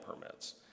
permits